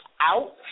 out